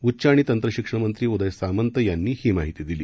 उच्च आणि तंत्र शिक्षण मंत्री उदय सामंत यांनी ही माहिती दिली